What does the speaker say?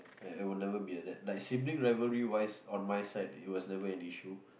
ya I would never be like that like sibling rivalry wise on my side it was never an issue